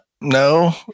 no